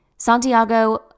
Santiago